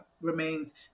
remains